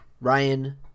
Ryan